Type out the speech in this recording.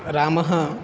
रामः